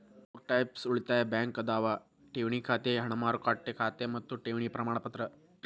ಮೂರ್ ಟೈಪ್ಸ್ ಉಳಿತಾಯ ಬ್ಯಾಂಕ್ ಅದಾವ ಠೇವಣಿ ಖಾತೆ ಹಣ ಮಾರುಕಟ್ಟೆ ಖಾತೆ ಮತ್ತ ಠೇವಣಿ ಪ್ರಮಾಣಪತ್ರ